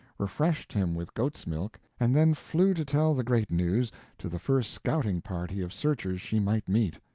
refreshed him with goat's milk, and then flew to tell the great news to the first scouting-party of searchers she might meet.